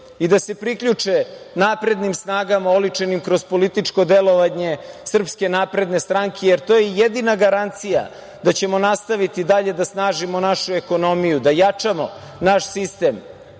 i da se priključe naprednim snagama oličenim kroz političko delovanje SNS, jer to je jedina garancija da ćemo nastaviti dalje da snažimo našu ekonomiju, da jačamo naš sistem